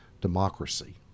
democracy